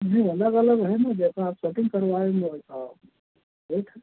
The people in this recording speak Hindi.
जी अलग अलग नहीं ना जैसा आप कटिंग करवाएँगे वैसा रेट है